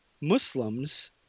Muslims